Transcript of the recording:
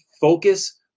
focus